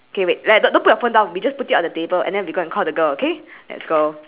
ah ya lah because your bee is next to the ice-cream right it's going to the ice-cream